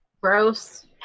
gross